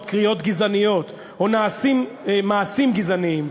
קריאות גזעניות או נעשים מעשים גזעניים,